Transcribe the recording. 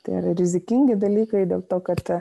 tai yra rizikingi dalykai dėl to kad